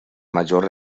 major